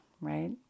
right